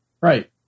Right